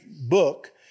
book